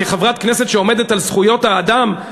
כחברת כנסת שעומדת על זכויות האדם,